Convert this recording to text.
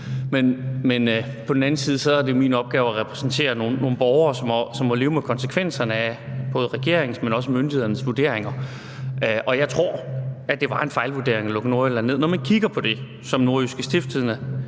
men på den anden side er det min opgave at repræsentere nogle borgere, som må leve med konsekvenserne af både regeringens, men også myndighedernes vurderinger – og jeg tror, at det var en fejlvurdering at lukke Nordjylland ned. Når man kigger på det, som NORDJYSKE lægger